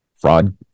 fraud